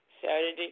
Saturday